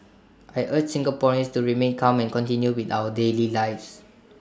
I urge Singaporeans to remain calm and continue with our daily lives